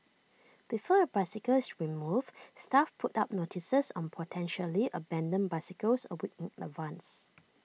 before A bicycle is removed staff put up notices on potentially abandoned bicycles A week in advance